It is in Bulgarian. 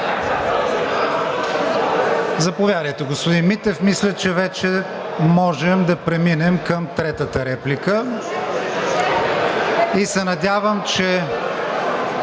Заповядайте, господин Митев. Мисля, че вече можем да преминем към третата реплика, и се надявам, че